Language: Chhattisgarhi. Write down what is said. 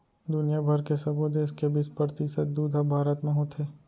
दुनिया भर के सबो देस के बीस परतिसत दूद ह भारत म होथे